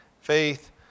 faith